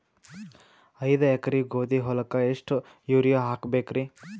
ಐದ ಎಕರಿ ಗೋಧಿ ಹೊಲಕ್ಕ ಎಷ್ಟ ಯೂರಿಯಹಾಕಬೆಕ್ರಿ?